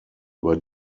über